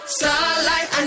starlight